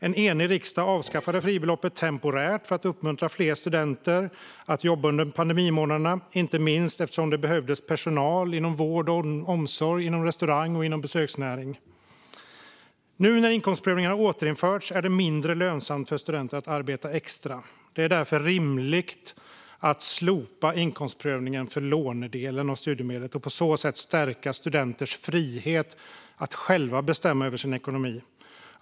En enig riksdag avskaffade fribeloppet temporärt för att uppmuntra fler studenter att jobba under pandemimånaderna, inte minst eftersom det behövdes personal inom vård och omsorg samt restaurang och besöksnäringen. Nu när inkomstprövningen har återinförts är det mindre lönsamt för studenter att arbeta extra. Det är därför rimligt att slopa inkomstprövningen för lånedelen av studiemedlet och på så sätt stärka studenters frihet att själva bestämma över sin ekonomi.